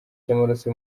cy’amaraso